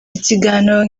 ikiganiro